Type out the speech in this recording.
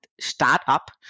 Startup